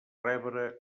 rebre